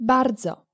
Bardzo